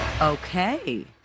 Okay